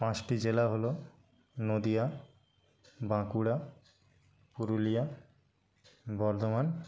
পাঁচটি জেলা হলো নদিয়া বাঁকুড়া পুরুলিয়া বর্ধমান